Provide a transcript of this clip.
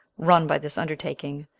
run by this undertaking,